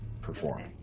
perform